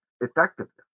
effectiveness